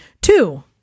Two